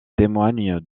témoigne